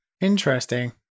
Interesting